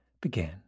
began